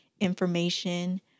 information